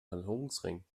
verlobungsring